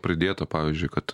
pridėta pavyzdžiui kad